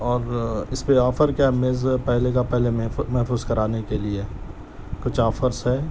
اور اس پہ آفر کیا ہے میز پہلے کا پہلے محفوظ کرانے کے لئے کچھ آفرس ہے